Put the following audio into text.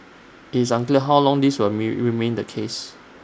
IT is unclear how long this will remain the case